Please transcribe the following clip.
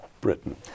Britain